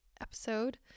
episode